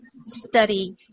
study